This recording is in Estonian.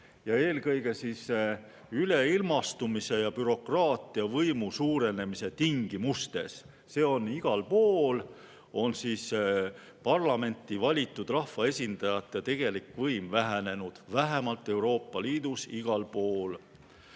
ja eelkõige üleilmastumise ja bürokraatia võimu suurenemise tingimustes. See on igal pool. Parlamenti valitud rahvaesindajate tegelik võim on vähenenud vähemalt Euroopa Liidus igal pool.